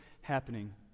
happening